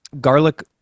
Garlic